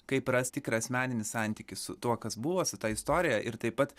kaip rasti tikrą asmeninį santykį su tuo kas buvo ta istorija ir taip pat